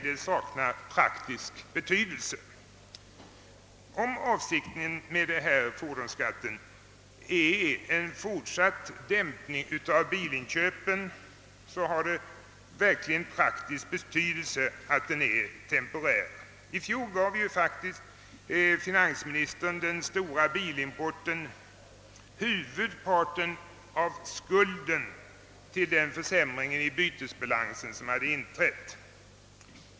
Om avsikten med den föreslagna höjningen av fordonsskatten är en fortsatt dämpning av bilinköpen, har det verkligen praktisk betydelse att den är temporär. I fjol gav finansministern den stora bilimporten huvudparten av skulden till den försämring i bytesbalansen som hade inträtt.